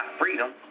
freedom